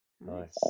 Nice